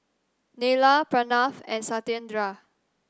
Neila Pranav and Satyendra